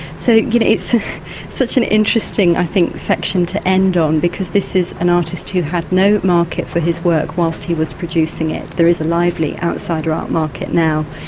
so you know it's such an interesting, i think, section to end on because this is an artist who had no market for his work whilst he was producing it, there is a lively outsider art market now,